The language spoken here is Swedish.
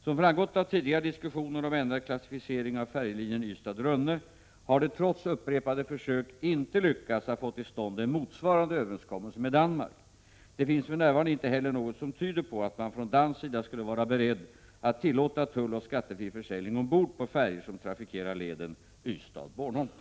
Som framgått av tidigare diskussioner om ändrad klassificering av färjelinjen Ystad-Rönne har det trots upprepade försök inte lyckats att få till stånd en motsvarande överenskommelse med Danmark. Det finns för närvarande inte heller något som tyder på att man från dansk sida skulle vara beredd att tillåta tulloch skattefri försäljning ombord på färjor som trafikerar leden Ystad-Bornholm.